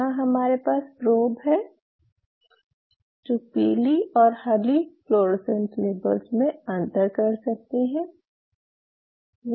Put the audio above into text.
यहाँ हमारे पास प्रोब है जो पीली और हरी फ्लोरेसेंट लेबल्स में अंतर कर सकती है